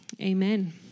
Amen